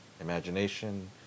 imagination